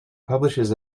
publishes